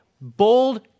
bold